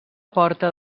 porta